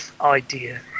idea